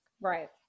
Right